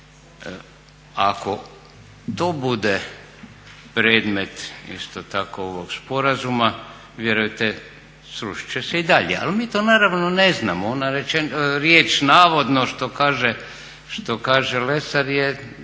Ako to bude predmet isto tako ovog sporazuma, vjerujte srušit će se i dalje. Ali mi to naravno ne znamo, ona riječ navodno što kaže Lesar je